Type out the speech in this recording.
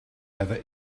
over